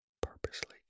purposely